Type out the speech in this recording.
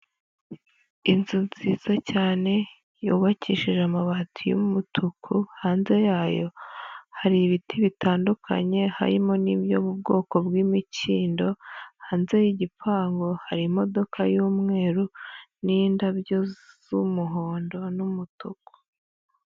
Inzu nziza cyane yubakishije amabati y'umutuku, hanze yayo hari ibiti bitandukanye, harimo n'ibyo mu bwoko bw'imikindo, hanze y'igipangu hari imodoka y'umweru n'indabyo z'umuhondo n'umutuku.